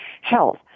health